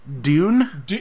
Dune